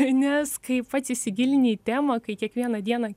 nes kai pats įsigilini į temą kai kiekvieną dieną